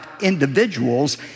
individuals